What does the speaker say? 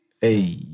hey